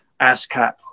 ASCAP